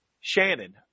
Shannon